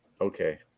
Okay